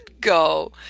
go